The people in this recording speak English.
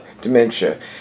dementia